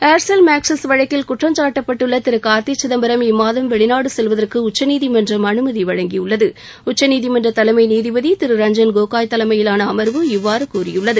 Aircel Maxis வழக்கில் குற்றம் காட்டப்பட்டுள்ள திரு கார்த்தி சிதம்பரம் இம்மாதம் வெளிநாடு செல்வதற்கு உச்சநீதிமன்றம் அனுமதி வழங்கியுள்ளது உச்சநீதிமன்ற தலைமை நீதிபதி திரு ரஞ்சன் கோகோய் தலைமையிலான அமர்வு இவ்வாறு கூறியுள்ளது